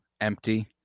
empty